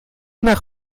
nach